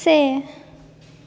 से